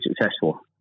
successful